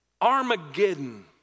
armageddon